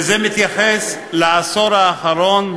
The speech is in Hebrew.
וזה מתייחס לעשור האחרון,